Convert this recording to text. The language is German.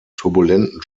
turbulenten